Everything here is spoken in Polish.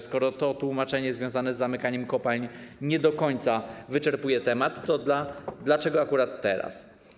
Skoro to tłumaczenie związane z zamykaniem kopalń nie do końca wyczerpuje temat, to dlaczego akurat teraz?